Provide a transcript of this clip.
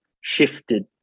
shifted